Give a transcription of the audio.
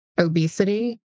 obesity